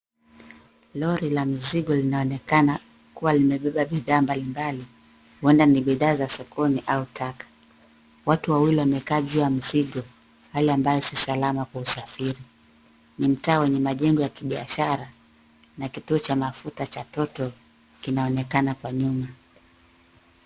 Lori la mizigo linaonekana kuwa limebeba bidhaa mbalimbali, huenda ni bidhaa za sokoni au taka. Watu wawili wamekaa juu ya mizigo, hali ambayo si salama kwa usafiri. Ni mtaa wenye majengo ya kibiashara na kituo cha mafuta cha Total kinaonekana kwa nyuma.